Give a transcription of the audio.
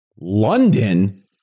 London